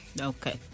Okay